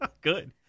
Good